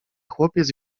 chłopiec